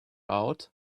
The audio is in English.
out